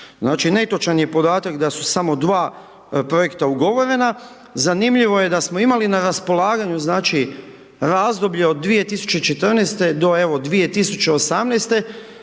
Znači netočan je podatak da su samo dva projekta ugovorena. Zanimljivo je da smo imali na raspolaganju znači razdoblje od 2014. do evo 2018.